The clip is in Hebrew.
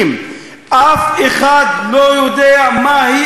אף אחד לא יודע מהי אשמתו.